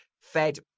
fed